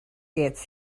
gets